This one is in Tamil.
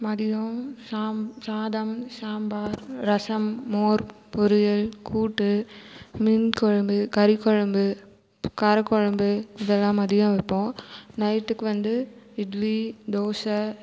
மதியம் சாம் சாதம் சாம்பார் ரசம் மோர் பொரியல் கூட்டு மீன் குழம்பு கறி குழம்பு கார குழம்பு இதெல்லாம் மதியம் வைப்போம் நைட்டுக்கு வந்து இட்லி தோசை